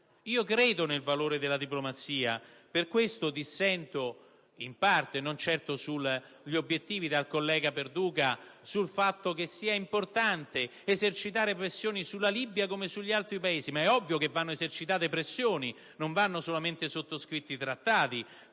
Io credo nel valore della diplomazia e per questo dissento - in parte e non certo sugli obiettivi - dal collega Perduca sul fatto che sia importante esercitare pressioni sulla Libia come sugli altri Paesi. È ovvio che vadano esercitate pressioni e non solo sottoscritti trattati.